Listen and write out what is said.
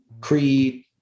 creed